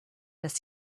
dass